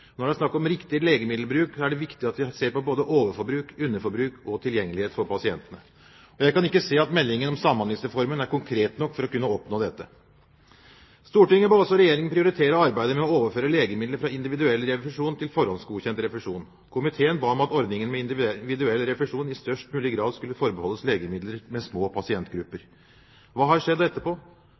Når det er snakk om riktig legemiddelbruk, er det viktig at vi ser på både overforbruk, underforbruk og tilgjengelighet for pasientene. Jeg kan ikke se at meldingen om Samhandlingsreformen er konkret nok for å kunne oppnå dette. Stortinget ba også Regjeringen prioritere arbeidet med å overføre legemidler fra individuell refusjon til forhåndsgodkjent refusjon. Komiteen ba om at ordningen med individuell refusjon i størst mulig grad skulle forbeholdes legemidler til små pasientgrupper. Hva har skjedd